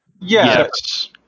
Yes